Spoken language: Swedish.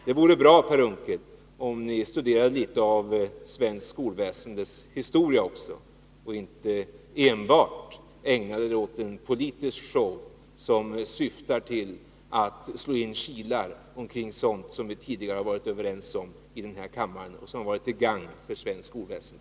Det vore bra, Per Unckel, om ni studerade litet av svenskt skolväsendes historia också och inte enbart ägnade er åt en politisk show, som syftar till slå in kilar när det gäller sådant som vi i denna kammare har varit överens om och som har varit till gagn för svenskt skolväsende.